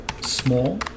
small